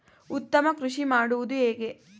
ಉತ್ತಮ ಕೃಷಿ ಮಾಡುವುದು ಹೇಗೆ?